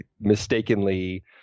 mistakenly